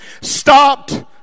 stopped